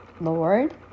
Lord